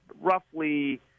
roughly